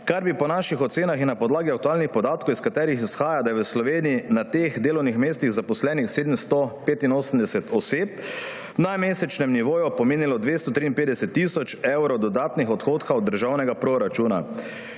kar bi po naših ocenah in na podlagi aktualnih podatkov, iz katerih izhaja, da je v Sloveniji na teh delovnih mestih zaposlenih 785 oseb, na mesečnem nivoju pomenilo 253 tisoč evrov dodatnih odhodkov državnega proračuna.